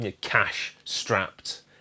cash-strapped